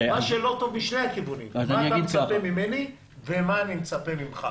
בשני הכיוונים: מה אתה מצפה ממני ומה אני מצפה ממך.